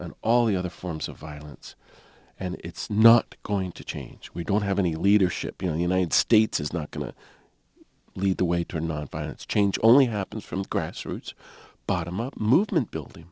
and all the other forms of violence and it's not going to change we don't have any leadership you know the united states is not going to lead the way to nonviolence change only happens from grassroots bottom up movement building